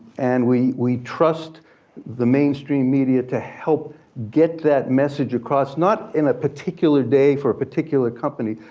and we we trust the mainstream media to help get that message across, not in a particular day for a particular company,